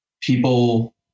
People